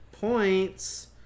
points